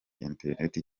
interineti